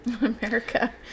america